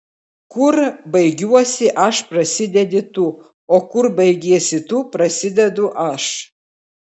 kur baigiuosi aš prasidedi tu o kur baigiesi tu prasidedu aš